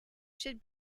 should